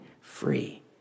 free